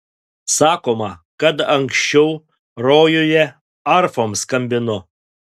sakoma kad anksčiau rojuje arfom skambino